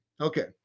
Okay